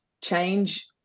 change